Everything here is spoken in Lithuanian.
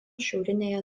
šiaurinėje